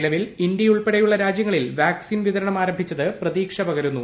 നിലവിൽ ഇന്ത്യയുൾപ്പെടെയുള്ള രാജ്യങ്ങളിൽ വാക്സിൻ വിതരണം ആരംഭിച്ചത് പ്രതീക്ഷ പകരുന്നു